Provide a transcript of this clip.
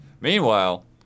Meanwhile